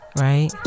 Right